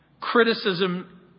criticism